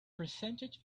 percentage